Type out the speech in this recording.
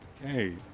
Okay